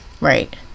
Right